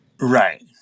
right